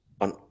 on